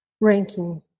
ranking